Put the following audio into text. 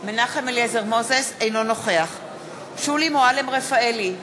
אינו נוכח שולי מועלם-רפאלי,